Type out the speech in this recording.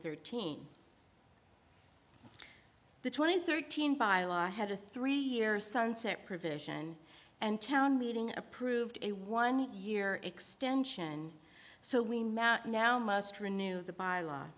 thirteen the twenty thirteen by law had a three year sunset provision and town meeting approved a one year extension so we now must renew the by law